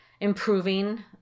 improving